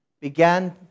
began